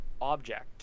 object